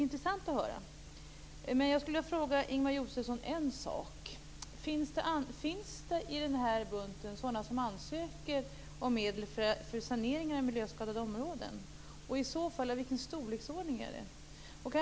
Finns det, Ingemar Josefsson, sådana som ansöker om medel för saneringar i miljöskadade områden? I vilken storleksordning?